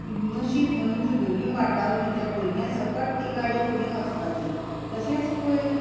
नशीब म्हणून तीं भुरगीं वाटावलीं त्या भुरग्यां सकट ती गाडी फुडें वचपाची तशेंच पयर